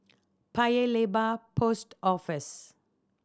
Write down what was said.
Paya Lebar Post Office